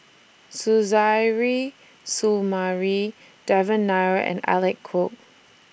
Suzairhe Sumari Devan Nair and Alec Kuok